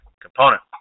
component